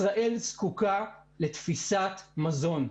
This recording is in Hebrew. ישראל זקוקה לתפיסת מזון.